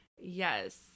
Yes